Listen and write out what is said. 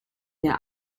der